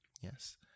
yes